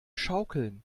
schaukeln